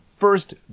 first